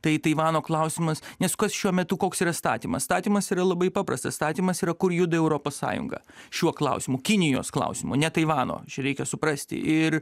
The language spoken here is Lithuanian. tai taivano klausimas nes kas šiuo metu koks yra statymas statymas yra labai paprastas statymas yra kur juda europos sąjunga šiuo klausimu kinijos klausimu ne taivano čia reikia suprasti ir